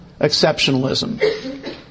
Exceptionalism